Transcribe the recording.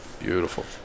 Beautiful